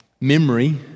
memory